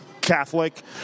Catholic